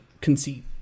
conceit